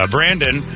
Brandon